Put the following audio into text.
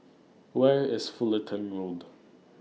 Where IS Fullerton Road